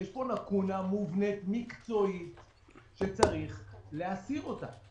יש פה לקונה מקצועית מובנית שצריך להתיר אותה,